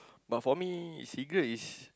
but for me cigar is